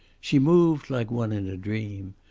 she moved like one in a dream.